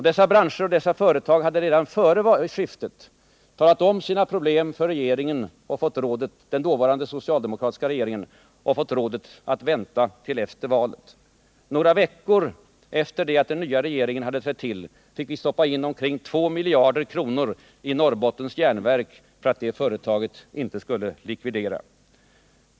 Dessa branscher och dessa företag hade redan före regeringsskiftet redogjort för sina problem för den dåvarande socialdemokratiska regeringen och fått rådet att vänta till efter valet. Några veckor efter det att den nya regeringen hade trätt till fick vi stoppa in omkring 2 miljarder kronor i Norrbottens Järnverk för att det företaget inte skulle likvideras.